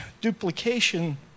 duplication